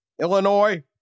Illinois